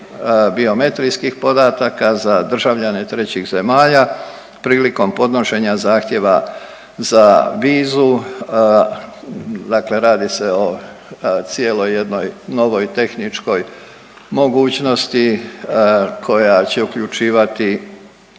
biometrijskih podataka za državljane trećih zemalja prilikom podnošenja zahtjeva za vizu, dakle radi se o cijeloj jednoj novoj tehničkoj mogućnosti koja će uključivati